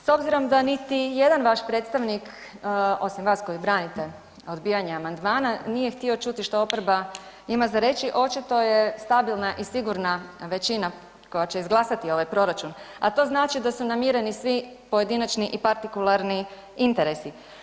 S obzirom da niti jedan vaš predstavnik, osim vas koji branite odbijanje amandmana, nije htio čuti što oporba ima za reći, očito je stabilna i sigurna većina koja će izglasati ovaj proračun, a to znači da su namireni svi pojedinačni i partikularni interesi.